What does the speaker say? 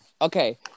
Okay